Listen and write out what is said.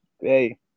hey